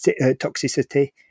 toxicity